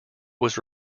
was